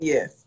Yes